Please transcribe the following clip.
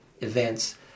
events